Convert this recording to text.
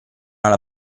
alla